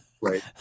right